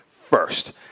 first